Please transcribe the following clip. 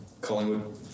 Collingwood